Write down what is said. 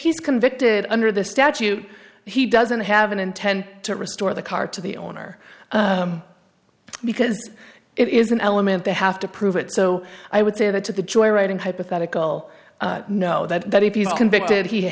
he's convicted under the statute he doesn't have an intent to restore the car to the owner because it is an element they have to prove it so i would say that to the joyriding hypothetical know that if he's convicted he